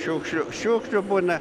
šiukšlių šiukšlių būna